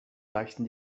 reichten